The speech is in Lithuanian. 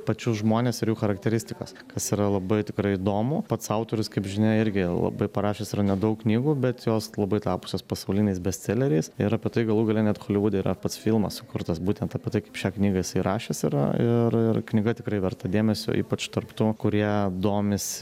pačius žmones ir jų charakteristikas kas yra labai tikrai įdomu pats autorius kaip žinia irgi labai parašęs yra nedaug knygų bet jos labai tapusios pasauliniais bestseleriais ir apie tai galų gale net holivude yra pats filmas sukurtas būtent apie tai kaip šią knygą jisai rašęs yra ir ir knyga tikrai verta dėmesio ypač tarp tų kurie domisi